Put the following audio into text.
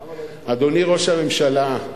אדוני ראש הממשלה,